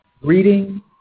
reading